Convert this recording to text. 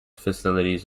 facilities